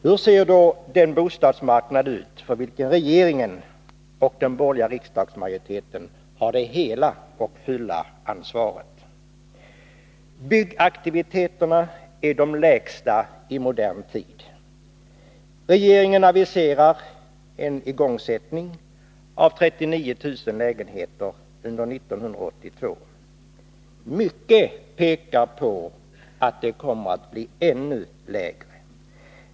Hur ser då den bostadsmarknad ut för vilken regeringen och den borgerliga riksdagsmajoriteten har det hela och fulla ansvaret? Byggaktiviteterna är de lägsta i modern tid. Regeringen aviserar en igångsättning av 39 000 lägenheter under 1982. Mycket pekar på att igångsättningen kommer att bli ännu lägre.